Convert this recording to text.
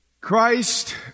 Christ